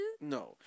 No